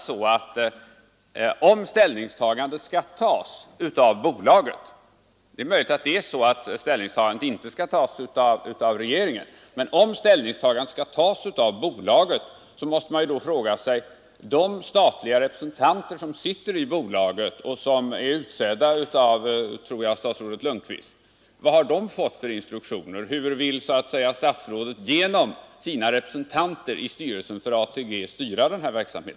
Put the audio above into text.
Ställningstagandet därvidlag kanske inte skall göras av regeringen, men om det skall göras av bolaget måste man fråga sig vad de statliga representanter som sitter i bolaget och som jag tror är utsedda av statsrådet Lundkvist, har fått för instruktioner. Hur vill statsrådet genom sina representanter i styrelsen för Aktiebolaget Trav och galopp styra denna verksamhet?